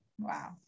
Wow